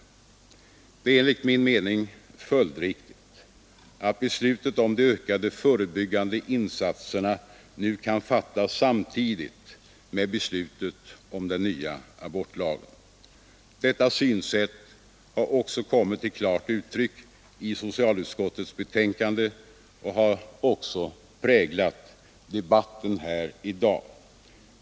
Det är enligt min mening följdriktigt att beslutet om de ökade förebyggande insatserna nu kan fattas samtidigt med beslutet om den nya abortlagen. Detta synsätt har också kommit till klart uttryck i socialutskottets betänkande och även präglat debatten här i dag.